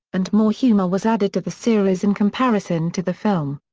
and more humour was added to the series in comparison to the film.